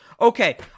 Okay